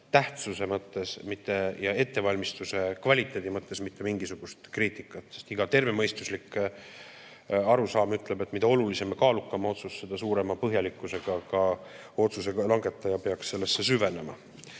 tähtsuse mõttes ja ettevalmistuse kvaliteedi mõttes mitte mingisugust kriitikat, sest iga tervemõistuslik arusaam ütleb, et mida olulisem ja kaalukam otsus, seda suurema põhjalikkusega ka otsuse langetaja peaks sellesse süvenema.